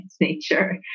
nature